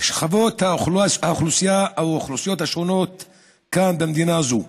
לשכבות האוכלוסייה השונות כאן, במדינה זו.